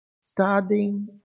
studying